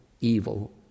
evil